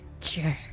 jerk